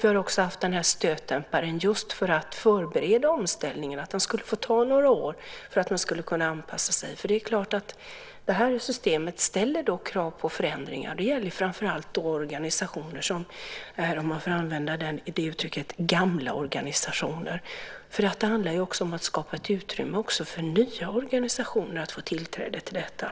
Vi har också haft den här stötdämparen för att just förbereda för omställningen. Den skulle få ta några år för att man skulle kunna anpassa sig. Det här systemet ställer krav på förändringar. Det gäller framför allt organisationer som är, om jag får använda det uttrycket, gamla organisationer. Det handlar också om att skapa ett utrymme för nya organisationer att få tillträde till detta.